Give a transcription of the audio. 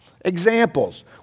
Examples